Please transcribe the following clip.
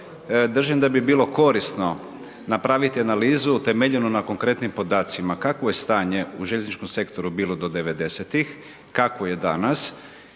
držim da bi bilo korisno napraviti analizu utemeljenu na konkretnim podacima, kakvo je stanje u željezničkom sektoru bilo do 90.-tih, kakvo je danas